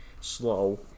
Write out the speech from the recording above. slow